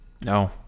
No